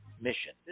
mission